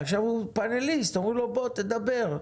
הוא פאנליסט, ואומרים לו בוא, תדבר.